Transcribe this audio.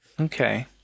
Okay